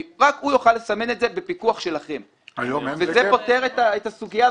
יוכל לסמן את זה בפיקוח שלכם וזה פותר את הסוגיה,